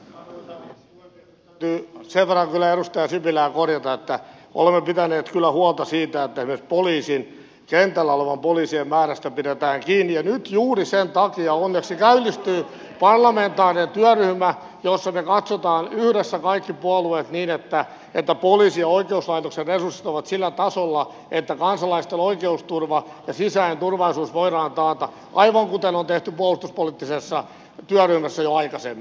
täytyy sen verran edustaja sipilää korjata että olemme pitäneet kyllä huolta siitä että esimerkiksi poliisin kentällä olevien poliisien määrästä pidetään kiinni ja nyt juuri sen takia onneksi käynnistyy parlamentaarinen työryhmä jossa me katsomme kaikki puolueet yhdessä sen että poliisin ja oikeuslaitoksen resurssit ovat sillä tasolla että kansalaisten oikeusturva ja sisäinen turvallisuus voidaan taata aivan kuten on tehty puolustuspoliittisessa työryhmässä jo aikaisemmin